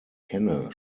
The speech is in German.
kenne